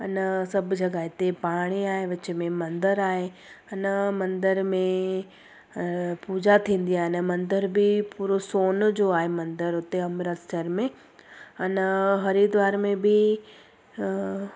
अन सभु जॻहि ते पाणी आहे विच मंदरु आहे अन मंदर में अ पूजा थींदी आहे न मंदर बि पूरो सोन जो आहे मंदरु हुते अमृतसर में अन हरिद्वार में बि हं